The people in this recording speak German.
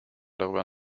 darüber